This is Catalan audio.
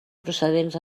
procedents